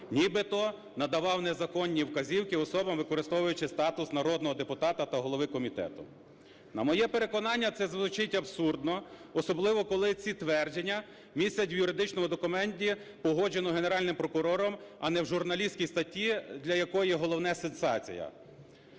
нібито надавав незаконні вказівки особам, використовуючи статус народного депутата та голови комітету. На моє переконання, це звучить абсурдно, особливо, коли ці твердження містять в юридичному документі, погодженого Генеральним прокурором, а не в журналістській статті, для якої головне – сенсація.